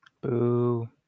Boo